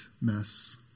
mess